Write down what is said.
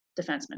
defenseman